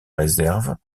réserve